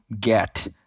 get